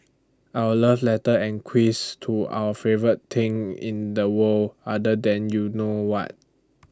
our love letter and quiz to our favourite thing in the world other than you know what